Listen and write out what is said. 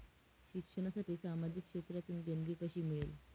शिक्षणासाठी सामाजिक क्षेत्रातून देणगी कशी मिळेल?